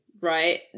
right